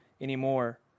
anymore